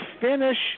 finish